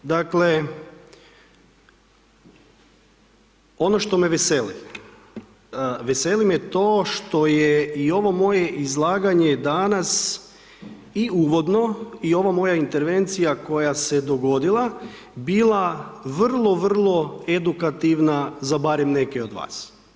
Dakle ono što me veseli, veseli me to što je i ovo moje izlaganje danas i u uvodno i ovo moja intervencija koja se dogodila bila vrlo vrlo edukativna za barem neke od vas.